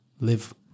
live